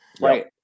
Right